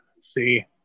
See